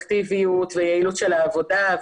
פרודוקטיביות ויעילות של העבודה.